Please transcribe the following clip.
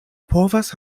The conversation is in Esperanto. povas